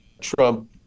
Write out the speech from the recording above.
Trump